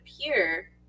appear